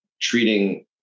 treating